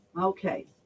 okay